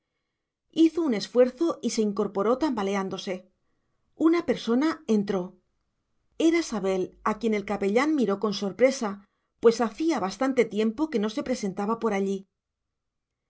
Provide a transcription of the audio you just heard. hizo un esfuerzo y se incorporó tambaleándose una persona entró era sabel a quien el capellán miró con sorpresa pues hacía bastante tiempo que no se presentaba allí